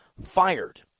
fired